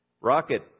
Rocket